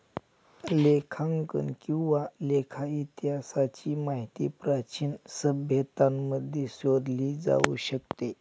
लेखांकन किंवा लेखा इतिहासाची माहिती प्राचीन सभ्यतांमध्ये शोधली जाऊ शकते